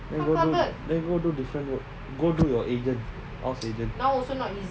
then go do go do different work go do your agent house agent